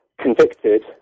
convicted